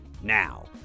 now